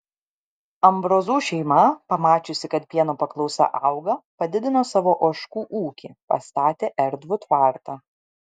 ambrozų šeima pamačiusi kad pieno paklausa auga padidino savo ožkų ūkį pastatė erdvų tvartą